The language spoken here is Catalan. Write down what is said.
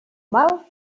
mal